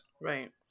Right